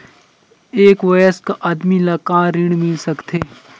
एक वयस्क आदमी ल का ऋण मिल सकथे?